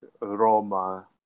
Roma